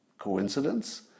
Coincidence